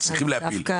מצליחים להפיל.